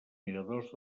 miradors